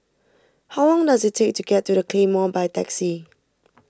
how long does it take to get to the Claymore by taxi